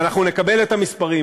ואנחנו נקבל את המספרים,